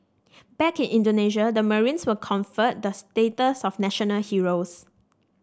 back in Indonesia the marines were conferred the status of national heroes